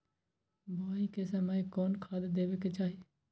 बोआई के समय कौन खाद देवे के चाही?